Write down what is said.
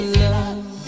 love